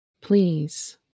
Please